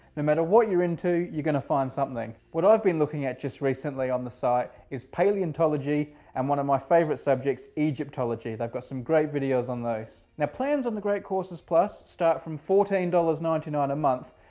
and matter what you're into, you're gonna find something. what i've been looking at just recently on the site is paleontology, and one of my favorite subjects, egyptology. they've got some great videos on those. now plans on the great courses plus start from fourteen dollars ninety nine a month,